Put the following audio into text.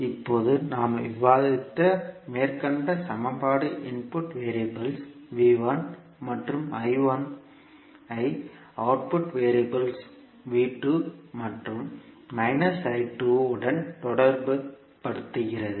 இப்போது நாம் விவாதித்த மேற்கண்ட சமன்பாடு இன்புட் வெறியபிள் மற்றும் ஐ அவுட்புட் வெறியபிள் மற்றும் உடன் தொடர்புபடுத்துகிறது